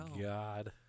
God